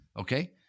Okay